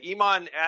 Iman